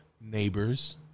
neighbors